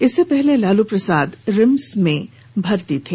इससे पहले लालू प्रसाद रिम्स में भर्ती थे